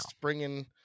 bringing